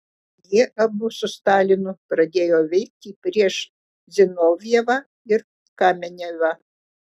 jie abu su stalinu pradėjo veikti prieš zinovjevą ir kamenevą